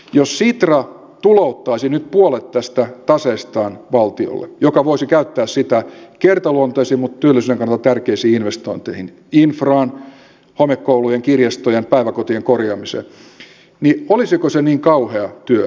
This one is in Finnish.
jos sitra tulouttaisi nyt puolet tästä taseestaan valtiolle joka voisi käyttää sitä kertaluontoisiin mutta työllisyyden kannalta tärkeisiin investointeihin infraan homekoulujen kirjastojen päiväkotien korjaamiseen niin olisiko se niin kauhea työ